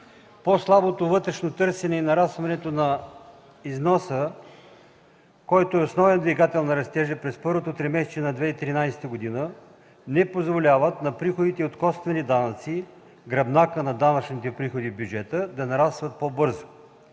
По-слабото вътрешно търсене и нарастването на износа, който е основен двигател на растежа през първото тримесечие на 2013 г., не позволяват на приходите от косвени данъци – гръбнака на данъчните приходи в бюджета, да нарастват по-бързо.